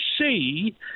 see